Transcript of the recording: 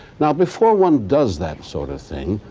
now, before one does that sort of thing,